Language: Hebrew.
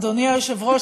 אדוני היושב-ראש,